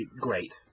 great